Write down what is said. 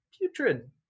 putrid